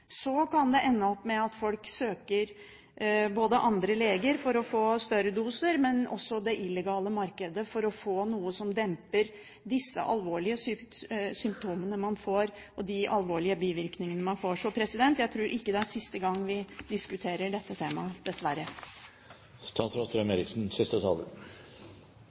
Så kan det ende med at folk både søker andre leger for å få større doser og det illegale markedet for å få noe som demper disse alvorlige symptomene og bivirkningene. Jeg tror ikke det er siste gang vi diskuterer dette temaet. Dessverre.